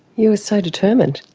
you were so determined.